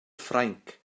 ffrainc